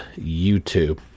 YouTube